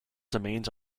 domains